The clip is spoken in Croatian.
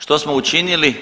Što smo učinili?